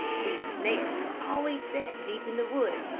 these snares were always set deep in the woods,